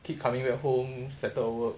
keep coming back home settled work